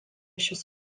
šis